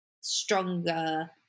stronger